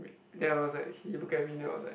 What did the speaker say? then I was like he look at me then I was like